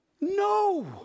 No